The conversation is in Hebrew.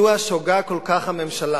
מדוע שוגה כל כך הממשלה?